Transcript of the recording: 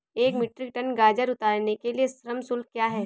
एक metric ton गाजर उतारने के लिए श्रम शुल्क क्या है?